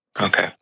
Okay